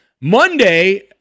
Monday